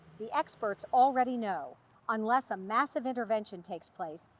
the experts already know unless a massive intervention takes place,